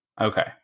Okay